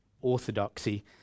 orthodoxy